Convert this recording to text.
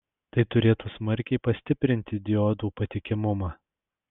tai turėtų smarkiai pastiprinti diodų patikimumą